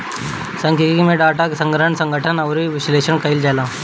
सांख्यिकी में डाटा के संग्रहण, संगठन अउरी विश्लेषण कईल जाला